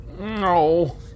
No